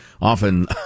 often